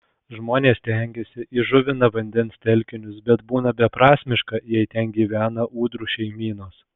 žmonės stengiasi įžuvina vandens telkinius bet būna beprasmiška jei ten gyvena ūdrų šeimynos